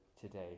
today